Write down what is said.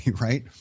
right